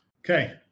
Okay